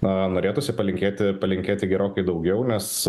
na norėtųsi palinkėti palinkėti gerokai daugiau nes